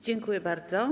Dziękuję bardzo.